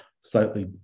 slightly